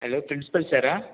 hello principal சார்ரா